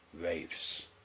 waves